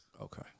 Okay